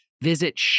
visit